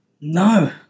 No